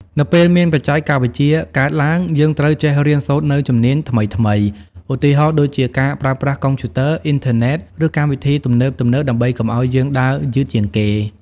នៅពេលមានបច្ចេកវិទ្យាថ្មីៗកើតឡើង យើងត្រូវចេះរៀនសូត្រនូវជំនាញថ្មីៗ ឧទាហរណ៍ដូចជាការប្រើប្រាស់កុំព្យូទ័រ អ៊ីនធឺណិត ឬកម្មវិធីទំនើបៗ ដើម្បីកុំឱ្យយើងដើរយឺតជាងគេ។